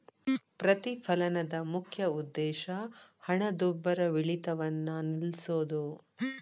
ಪ್ರತಿಫಲನದ ಮುಖ್ಯ ಉದ್ದೇಶ ಹಣದುಬ್ಬರವಿಳಿತವನ್ನ ನಿಲ್ಸೋದು